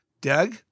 Doug